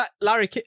Larry